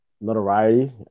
notoriety